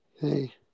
Hey